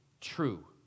true